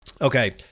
Okay